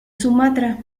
sumatra